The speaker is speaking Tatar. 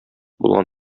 булган